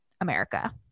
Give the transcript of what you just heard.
america